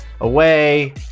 Away